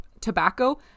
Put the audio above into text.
tobacco